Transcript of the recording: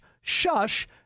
shush